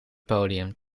podium